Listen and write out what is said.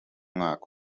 mwaka